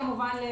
וכמובן,